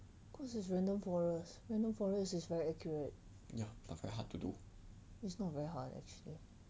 cause it's random forest random forest is very accurate it's not very hard actually